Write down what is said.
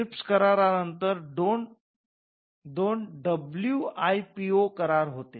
trips करारानंतर दोन WIPO करार होते